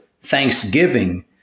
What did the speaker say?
thanksgiving